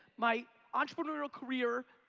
my entrepreneurial career